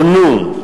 עונו,